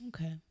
Okay